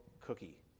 cookie